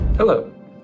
Hello